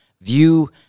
view